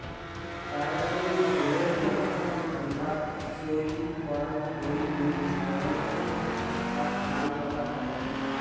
প্রায়শই ঝোলের মতন আন্দাত চইল করাং হই বুলি সাধারণত তাক কারি পাতা কয়